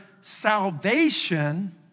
salvation